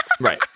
Right